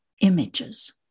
images